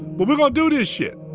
but we gon' do this shit.